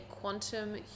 quantum